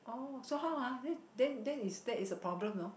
oh so how ah then then that's a problem you know